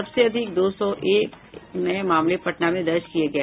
सबसे अधिक दो सौ एक नये मामले पटना में दर्ज किये गये